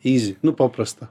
easy nu paprasta